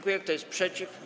Kto jest przeciw?